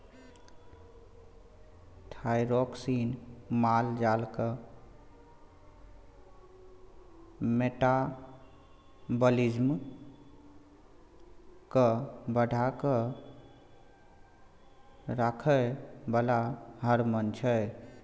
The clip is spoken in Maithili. थाइरोक्सिन माल जालक मेटाबॉलिज्म केँ बढ़ा कए राखय बला हार्मोन छै